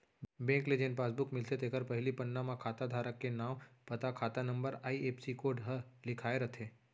bank ले जेन passbook मिलथे तेखर पहिली पन्ना म खाता धारक के नांव, पता, खाता नंबर, आई.एफ.एस.सी कोड ह लिखाए रथे